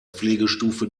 pflegestufe